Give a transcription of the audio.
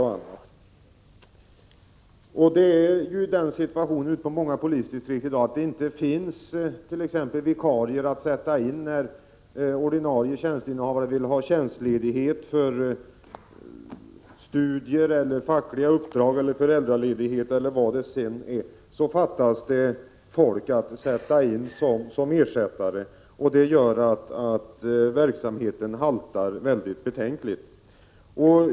På många polisdistrikt är i dag situationen den att det inte finns vikarier att sätta in när ordinarie tjänsteinnehavare vill ha tjänstledighet för studier eller fackliga uppdrag eller föräldraledighet. Det fattas folk att sätta in som ersättare, och det gör att verksamheten haltar betänkligt.